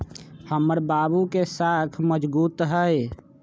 हमर बाबू के साख मजगुत हइ